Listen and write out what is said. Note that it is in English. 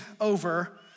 over